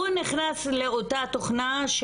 הוא נכנס לאותה תוכנה.